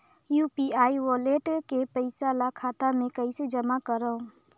UPI wallet के पईसा ल खाता मे कइसे जमा करव?